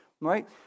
right